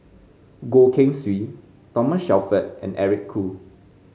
Goh Keng Swee Thomas Shelford and Eric Khoo